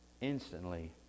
instantly